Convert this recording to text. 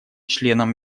членам